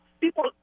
People